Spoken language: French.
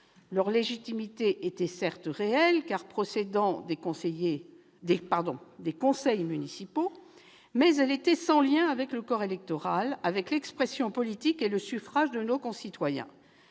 leur légitimité était réelle, car procédant des conseils municipaux, mais elle était sans lien avec le corps électoral, avec l'expression politique et le suffrage de nos concitoyens.